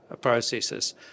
processes